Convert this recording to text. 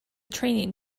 training